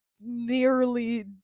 nearly